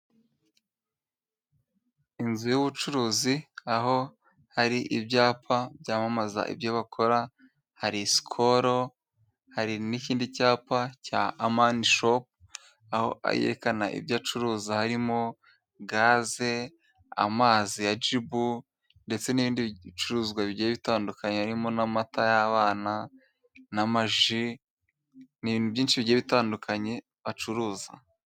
Inzu y'ubucuruzi aho hari ibyapa byamamaza ibyo bakora. Hari sikoro hari n'ikindi cyapa cya Amani shopu, aho yerekana ibyo acuruza harimo gaze, amazi ya jibu, ndetse n'ibindi bicuruzwa bigiye bitandukanye, harimo n'amata y'abana n'amaji, ni ibintu byinshi bigiye bitandukanye bacuruza.